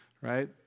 Right